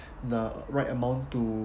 the right amount to